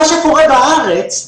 מה שקורה בארץ,